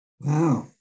wow